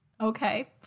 Okay